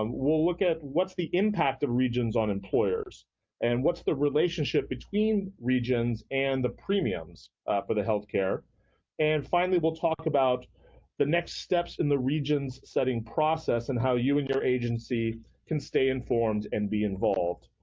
um we'll look at what's the impact of regions on the employers and what's the relationship between regions and the premiums for the healthcare. and finally, we'll talk about the next steps in the regions setting process and how you and your agency can stay informed and be involved.